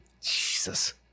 Jesus